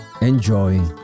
enjoy